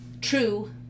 true